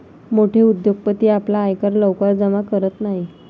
मोठे उद्योगपती आपला आयकर लवकर जमा करत नाहीत